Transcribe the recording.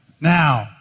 Now